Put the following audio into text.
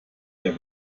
der